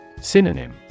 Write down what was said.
Synonym